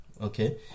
Okay